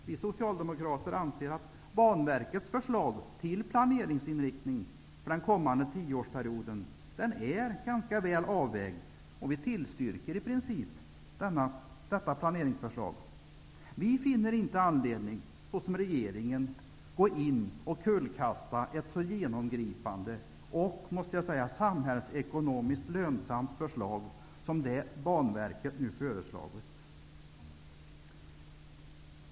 Vi Socialdemokrater anser att Banverkets förslag till planeringsinriktning för den kommande tioårsperioden är ganska väl avvägd, och vi tillstyrker i princip detta planeringsförslag. Vi finner inte anledning att, såsom regeringen gör, gå in och kullkasta ett så genomgripande och -- måste jag säga -- samhällsekonomiskt så lönande förslag som det Banverket nu framlagt.